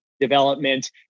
Development